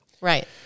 Right